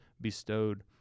bestowed